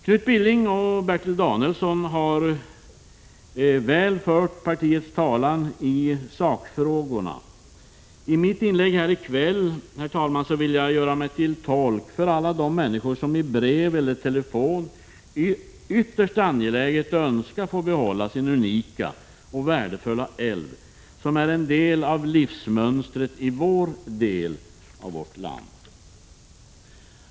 Knut Billing och Bertil Danielsson har väl fört partiets talan i sakfrågorna. I mitt inlägg här i kväll, herr talman, vill jag göra mig till tolk för alla de människor som i brev eller per telefon ytterst angeläget önskat att få behålla sin unika och värdefulla älv, som är en del av livsmönstret i vår del av vårt land.